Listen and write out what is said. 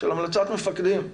של המלצת מפקדים.